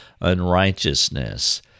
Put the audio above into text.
unrighteousness